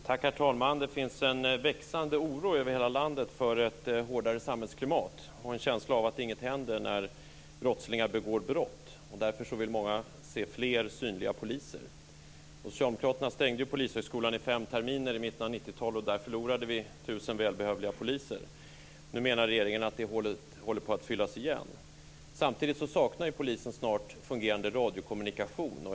Herr talman! Det finns en växande oro över hela landet för ett hårdare samhällsklimat och en känsla av att inget händer när brottslingar begår brott. Därför vill många se fler synliga poliser. Socialdemokraterna stängde ju Polishögskolan i fem terminer i mitten av 90-talet, och där förlorade vi tusen välbehövliga poliser. Nu menar regeringen att det hålet håller på att fyllas igen. Samtidigt kommer polisen snart att sakna fungerande radiokommunikation.